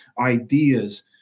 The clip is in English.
ideas